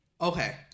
okay